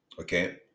okay